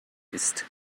ist